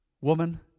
Woman